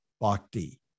bhakti